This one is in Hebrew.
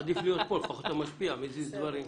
עדיף להיות פה, לפחות אתה משפיע, מזיז דברים.